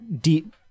Deep